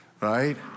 right